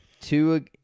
two